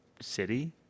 city